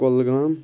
Kulgam